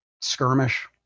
skirmish